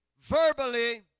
verbally